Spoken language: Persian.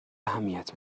اهمیت